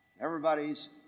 Everybody's